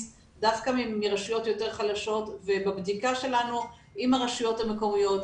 דווקא מרשויות יותר חלשות ובבדיקה שלנו עם הרשויות המקומיות,